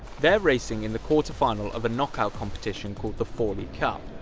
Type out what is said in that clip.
they're racing in the quarter final of a knockout competition called the fawley cup.